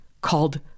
called